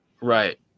Right